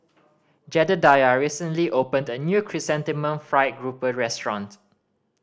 Jedediah recently opened a new Chrysanthemum Fried Grouper restaurant